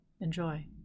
Enjoy